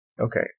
Okay